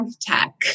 tech